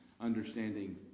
understanding